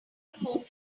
home